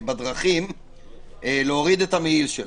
בדרכים להוריד את המעיל שלו.